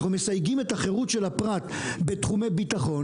אנחנו מסייגים את החירות של הפרט בתחומי ביטחון